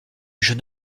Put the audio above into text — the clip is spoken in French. jeune